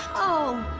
oh,